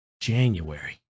January